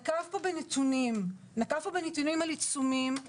הוא נקב פה בנתונים על עיצומים,